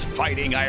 fighting